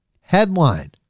Headline